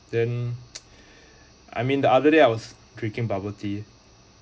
then I mean the other day I was drinking bubble tea